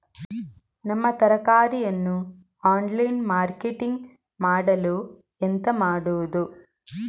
ನಮ್ಮ ತರಕಾರಿಯನ್ನು online marketing ಮಾಡಲು ಎಂತ ಮಾಡುದು?